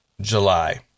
July